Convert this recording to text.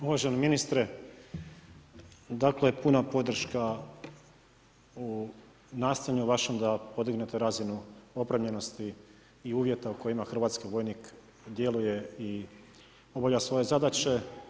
Uvaženi ministre, dakle puna podrška u nastojanju vašem da podignete razinu opremljenosti i uvjeta u kojima hrvatski vojnik djeluje i obavlja svoje zadaće.